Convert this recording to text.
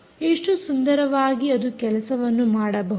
ಎಷ್ಟು ಸುಂದರವಾಗಿ ಅದು ಕೆಲಸವನ್ನು ಮಾಡಬಹುದು